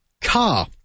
car